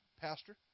Pastor